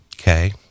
okay